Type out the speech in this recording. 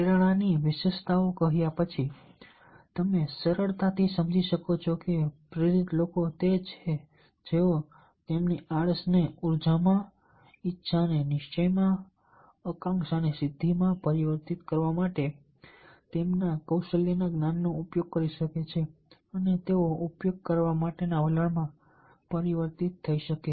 પ્રેરણાની વિશેષતાઓ વિશે કહ્યા પછી તમે સરળતાથી સમજી શકો છો કે પ્રેરિત લોકો તે છે જેઓ તેમની આળસ ને ઉર્જા માં ઇચ્છા ને નિશ્ચય માં આકાંક્ષા ને સિદ્ધિ માં પરિવર્તિત કરવા માટે તેમના કૌશલ્યના જ્ઞાનનો ઉપયોગ કરી શકે અને તેનો ઉપયોગ કરવા માટેના વલણમાં પરિવર્તિત થઈ શકે